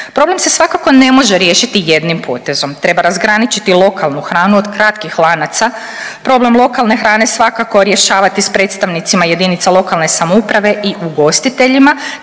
Problem se svakako ne može riješiti jednim potezom, treba razgraničiti lokalnu hranu od kratkih lanaca. Problem lokalne hrane svakako rješavati s predstavnicima jedinica lokalne samouprave i ugostiteljima